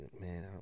man